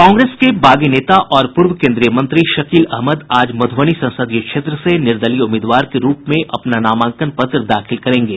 कांग्रेस के बागी नेता और पूर्व कोन्द्रीय मंत्री शकील अहमद आज मध्यबनी संसदीय क्षेत्र से निर्दलीय उम्मीदवार के रूप में अपना नामांकन पत्र दाखिल करेंगे